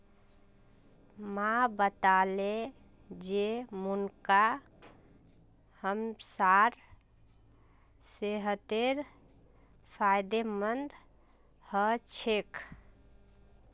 माँ बताले जे मुनक्का हमसार सेहतेर फायदेमंद ह छेक